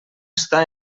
està